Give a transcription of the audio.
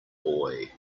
boy